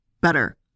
better